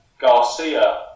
Garcia